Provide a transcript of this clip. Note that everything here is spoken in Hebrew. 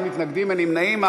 אין מתנגדים ואין נמנעים.